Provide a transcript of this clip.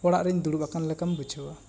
ᱚᱲᱟᱜ ᱨᱤᱧ ᱫᱩᱲᱩᱵ ᱟᱠᱟᱱ ᱞᱮᱠᱟᱢ ᱵᱩᱡᱷᱟᱹᱣᱟ